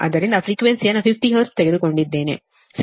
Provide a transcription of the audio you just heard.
ಆದ್ದರಿಂದ ಫ್ರೀಕ್ವೆನ್ಸಿಯನ್ನು 50 ಹರ್ಟ್ಜ್ ತೆಗೆದುಕೊಂಡಿದ್ದೇನೆ ಸರಿನಾ